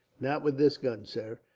not with this gun, sir.